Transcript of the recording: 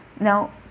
now